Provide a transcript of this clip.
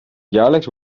jaarlijks